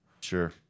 Sure